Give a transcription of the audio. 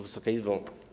Wysoka Izbo!